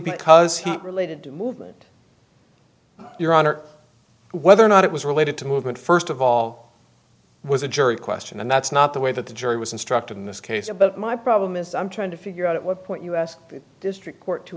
because heat related movement your honor whether or not it was related to movement first of all was a jury question and that's not the way that the jury was instructed in this case but my problem is i'm trying to figure out at what point us district court to